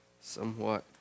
somewhat